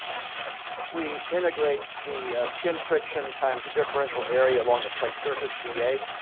we integrate the skin friction times the differential area along the plate surface, da,